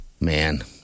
Man